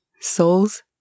souls